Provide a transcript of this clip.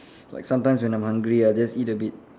like sometimes when I'm hungry I'll just eat a bit